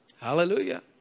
Hallelujah